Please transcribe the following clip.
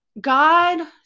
God